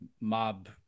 mob